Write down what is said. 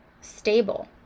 stable